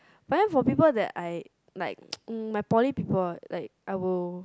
but then for people that I like my poly people like I will